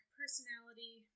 personality